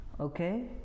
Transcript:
Okay